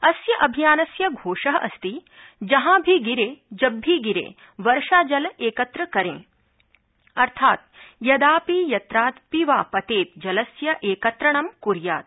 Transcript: अस्य अभियानस्य घोषः अस्ति जहां भी गिरे जब भी गिरे वर्षा जल एकत्र करें अर्थात् यदापि यत्रापि वा पतेत् जलस्य एकत्रणं कुर्यात्